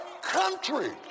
country